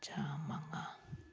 ꯆꯥꯝꯃꯉꯥ